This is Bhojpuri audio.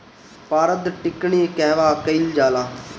पारद टिक्णी कहवा कयील जाला?